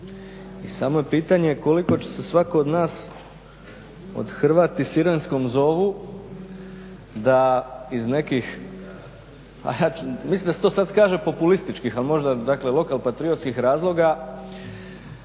i samo je pitanje koliko će se svatko od nas, othrvati sirenskom zovu da iz nekih, a ja ću, mislim da se to sad kaže populističkih ali možda dakle lokal patriotskih razloga